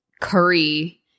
curry